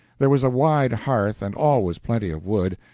there was a wide hearth and always plenty of wood,